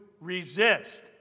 resist